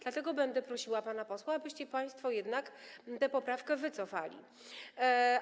Dlatego będę prosiła pana posła, abyście państwo jednak tę poprawkę wycofali.